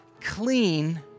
clean